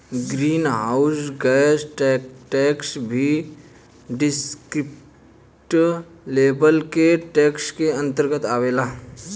green house gas tax भी descriptive level के tax के अंतर्गत आवेला